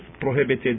prohibited